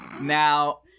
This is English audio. Now